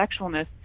sexualness